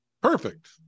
Perfect